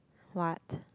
what